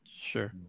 Sure